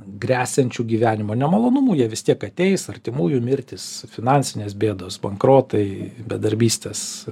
gresiančių gyvenimo nemalonumų jie vis tiek ateis artimųjų mirtys finansinės bėdos bankrotai bedarbystės